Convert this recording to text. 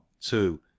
two